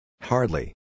Hardly